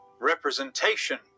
Representation